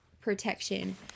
protection